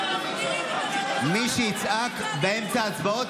מי שיצעק באמצע ההצבעות,